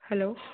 hello